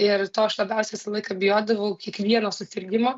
ir to aš labiausiai visą laiką bijodavau kiekvieno susirgimo